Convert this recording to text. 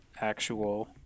actual